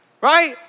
right